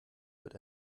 wird